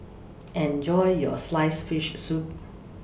Enjoy your Sliced Fish Soup